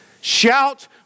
shout